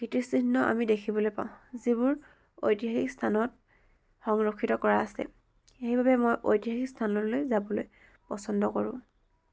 কীৰ্তিচিহ্ন আমি দেখিবলৈ পাওঁ যিবোৰ ঐতিহাসিক স্থানত সংৰক্ষিত কৰা আছে সেইবাবে মই ঐতিহাসিক স্থানলৈ যাবলৈ পচন্দ কৰোঁ